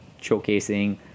showcasing